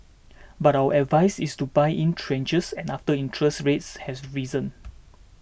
but our advice is to buy in tranches and after interest rates has to risen